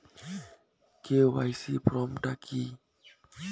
KYC form টা কি?